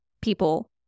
People